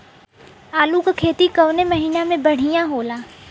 आलू क खेती कवने महीना में बढ़ियां होला?